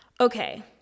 okay